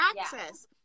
access